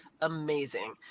amazing